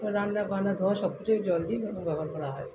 বা রান্নাবান্না ধোওয়া সবকিছু ওই জল দিয়ে ব্যবহার করা হয়